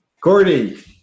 Gordy